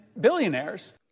billionaires